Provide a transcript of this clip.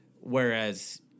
Whereas